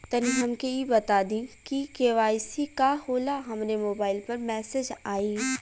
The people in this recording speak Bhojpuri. तनि हमके इ बता दीं की के.वाइ.सी का होला हमरे मोबाइल पर मैसेज आई?